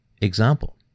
example